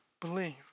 believe